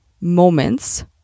moments